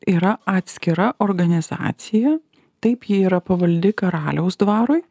yra atskira organizacija taip ji yra pavaldi karaliaus dvarui